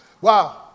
Wow